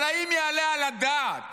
אבל האם יעלה על הדעת